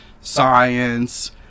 science